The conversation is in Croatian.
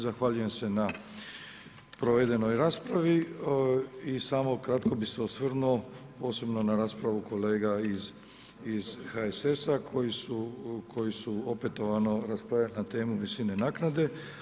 Zahvaljujem se na provedenoj raspravi i samo kratko bih se osvrnuo posebno na raspravu kolega iz HSS-a koji su opetovano raspravljali na temu visine naknade.